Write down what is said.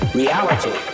reality